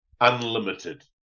Unlimited